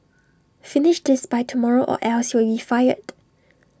finish this by tomorrow or else you'll be fired